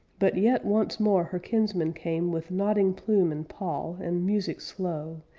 but yet once more her kinsmen came with nodding plume and pall and music slow,